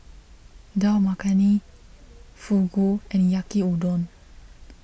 Dal Makhani Fugu and Yaki Udon